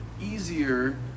easier